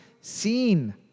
seen